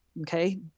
okay